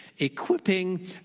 equipping